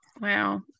wow